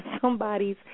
somebody's